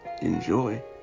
Enjoy